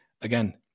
again